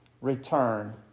return